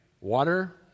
Water